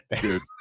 Dude